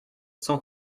cent